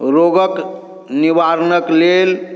रोगके निवारणके लेल